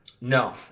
No